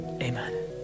Amen